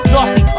Nasty